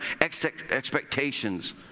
expectations